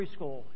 Preschool